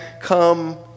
come